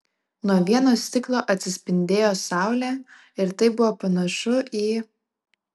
nuo vieno stiklo atsispindėjo saulė ir tai buvo panašu į